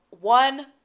one